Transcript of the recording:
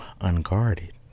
unguarded